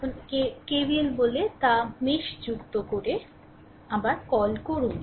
এখন কে KVL বলে তা mesh যুক্ত করে আর কল করুন